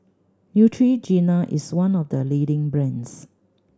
Neutrogena is one of the leading brands